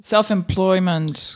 Self-employment